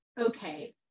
okay